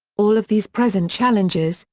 all of these present challenges,